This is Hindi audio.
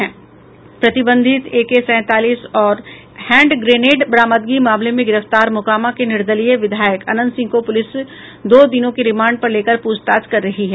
प्रतिबंधित एके सैंतालीस और हैंडग्रेनेड बरामदगी मामले में गिरफ्तार मोकामा के निर्दलीय विघायक अनंत सिंह को पुलिस दो दिनों के रिमांड पर लेकर पूछताछ कर रही है